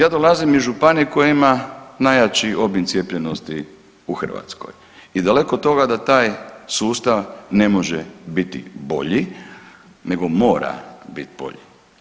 Ja dolazim iz županije koja ima najjači obim cijepljenosti u Hrvatskoj i daleko od toga da taj sustav ne može biti bolji, nego mora biti bolji.